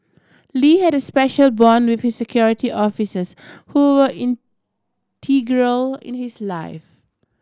lee had a special bond with his Security Officers who were integral in his life